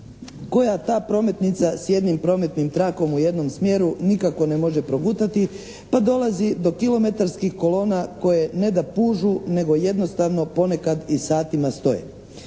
koja ta prometnica s jednim prometnim trakom u jednom smjeru nikako ne može progutati pa dolazi do kilometarskih kolona koje ne da pužu nego jednostavno ponekad i satima stoje.